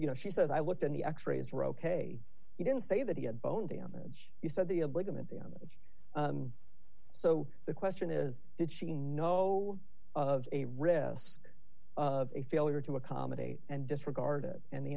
you know she says i looked in the x rays were ok he didn't say that he had bone damage you said the a ligament damage so the question is did she know of a risk of a failure to accommodate and disregard it and the